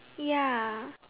ya